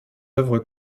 œuvres